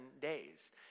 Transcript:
days